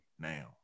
now